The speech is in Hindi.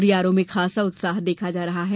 हुरियारों में उत्साह देखा जा रहा है